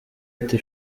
ati